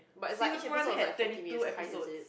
season one had twenty two episodes